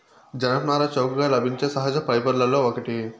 జనపనార చౌకగా లభించే సహజ ఫైబర్లలో ఒకటి